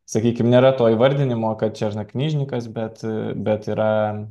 sakykim nėra to įvardinimo kad černaknižnikas bet bet yra